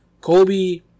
kobe